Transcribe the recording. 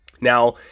Now